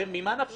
הרי ממה נפשך,